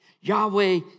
Yahweh